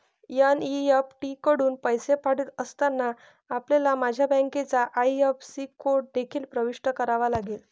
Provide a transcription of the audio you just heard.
NEFT कडून पैसे पाठवित असताना, आपल्याला माझ्या बँकेचा आई.एफ.एस.सी कोड देखील प्रविष्ट करावा लागेल